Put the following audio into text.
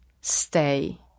stay